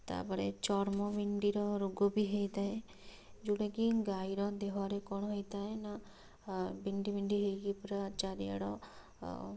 ତାପରେ ଚର୍ମ ବିଣ୍ଡିର ରୋଗ ବି ହୋଇଥାଏ ଯେଉଁଟାକି ଗାଈର ଦେହରେ କ'ଣ ହୋଇଥାଏ ନା ବିଣ୍ଡି ବିଣ୍ଡି ହୋଇକି ପୁରା ଚାରିଆଡ଼ ଆଉ